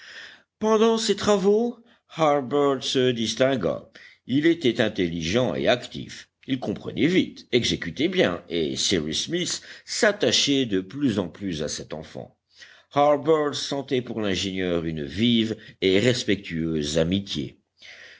pendant ces travaux harbert se distingua il était intelligent et actif il comprenait vite exécutait bien et cyrus smith s'attachait de plus en plus à cet enfant harbert sentait pour l'ingénieur une vive et respectueuse amitié